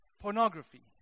pornography